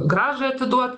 grąžą atiduot